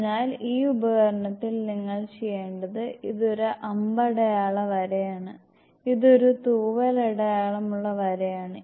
അതിനാൽ ഈ ഉപകരണത്തിൽ നിങ്ങൾ ചെയ്യേണ്ടത് ഇത് ഒരു അമ്പടയാള വരയാണ് ഇതൊരു തൂവൽ അടയാളമുള്ള വരയാണ്